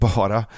bara